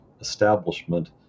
establishment